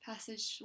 Passage